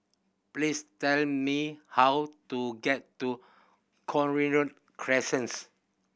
please tell me how to get to Cochrane Crescent